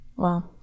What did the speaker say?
Wow